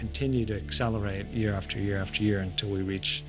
continue to accelerate year after year after year until we reach